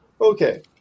Okay